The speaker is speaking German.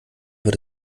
wird